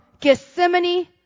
Gethsemane